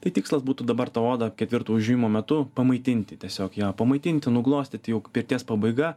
tai tikslas būtų dabar tą odą ketvirto užėjimo metu pamaitinti tiesiog ją pamaitinti nuglostyti pirties pabaiga